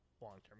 long-term